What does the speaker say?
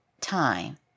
time